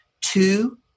two